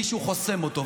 מישהו חוסם אותו,